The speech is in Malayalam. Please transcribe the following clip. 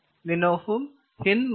ലിൻഹോഫും ഹിന്ദ്മാർഷും B